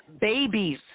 babies